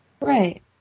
Right